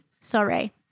Sorry